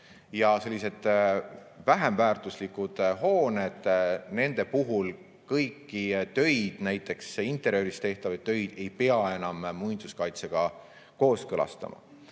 ja selliste vähem väärtuslike hoonete puhul kõiki töid, näiteks interjööris tehtavaid töid, ei pea enam muinsuskaitsega kooskõlastama.